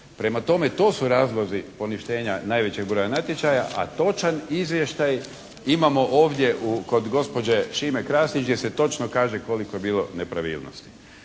Prema tome, to su razlozi poništenja najvećeg broja natječaja, a točan izvještaj imamo ovdje kod gospođe Šime Krasić gdje se točno kaže koliko je bilo nepravilnosti.